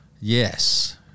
Yes